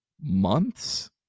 months